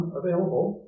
available